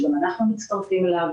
שגם אנחנו מצטרפים אליו,